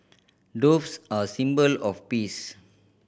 doves are a symbol of peace